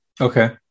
Okay